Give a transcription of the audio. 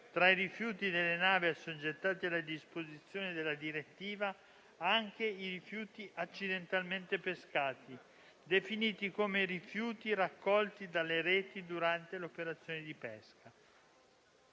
tra i rifiuti delle navi assoggettati alle disposizioni della direttiva, anche dei rifiuti accidentalmente pescati, definiti come rifiuti raccolti dalle reti durante le operazioni di pesca.